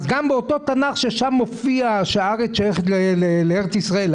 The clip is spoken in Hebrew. באותו תנ"ך שבו מופיע שהארץ שייכת לארץ ישראל,